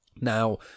now